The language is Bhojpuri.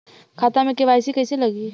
खाता में के.वाइ.सी कइसे लगी?